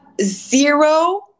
zero